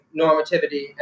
normativity